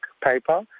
paper